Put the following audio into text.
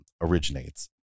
originates